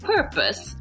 Purpose